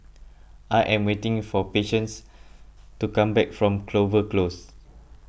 I am waiting for Patience to come back from Clover Close